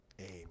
amen